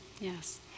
Yes